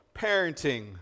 parenting